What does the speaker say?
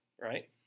right